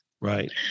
Right